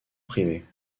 privés